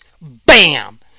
Bam